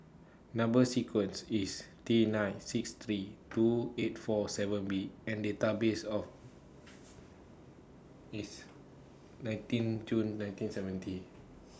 Number sequence IS T nine six three two eight four seven B and Date birth of IS nineteen June nineteen seventy